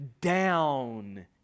down